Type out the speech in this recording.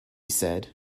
said